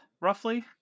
roughly